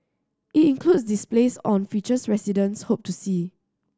it includes displays on features residents hope to see